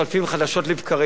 רגע, מה פתאום חדשות לבקרים?